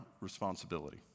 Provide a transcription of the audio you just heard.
responsibility